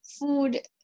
Food